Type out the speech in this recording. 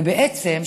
ובעצם,